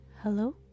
hello